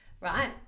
right